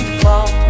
fall